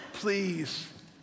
Please